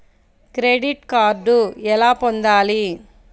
Credit card ఎలా పొందాలి?